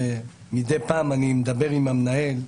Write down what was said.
ומדי פעם אני מדבר עם המנהל,